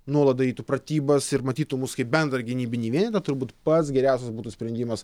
nuolat darytų pratybas ir matytų mus kaip bendrą gynybinį vienetą turbūt pats geriausias būtų sprendimas